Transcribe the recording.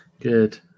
Good